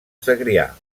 segrià